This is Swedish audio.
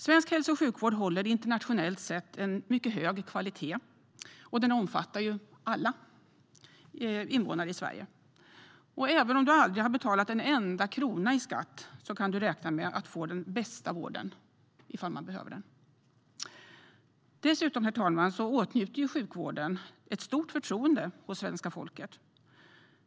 Svensk hälso och sjukvård håller internationellt sett en mycket hög kvalitet, och den omfattar alla invånare i Sverige. Även om du aldrig har betalat en krona i skatt kan du räkna med att få den bästa vården ifall du behöver den. Dessutom, herr talman, åtnjuter sjukvården ett stort förtroende hos svenska folket.